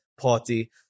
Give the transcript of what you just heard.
party